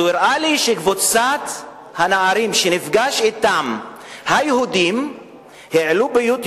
הוא הראה לי שקבוצת הנערים היהודים שהוא נפגש אתם העלו ל- YouTube